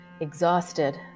exhausted